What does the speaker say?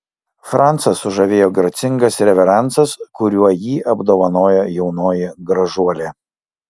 francą sužavėjo gracingas reveransas kuriuo jį apdovanojo jaunoji gražuolė